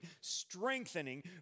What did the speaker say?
strengthening